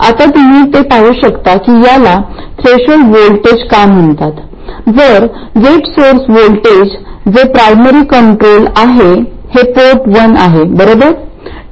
आता तुम्ही ते पाहू शकता की याला थ्रेशोल्ड व्होल्टेज का म्हणतात जर गेट सोर्स व्होल्टेज जे प्रायमरी कंट्रोल आहे हे पोर्ट वन आहे बरोबर